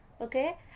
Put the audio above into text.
okay